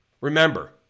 Remember